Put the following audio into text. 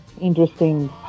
interesting